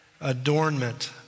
adornment